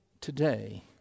today